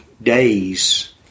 days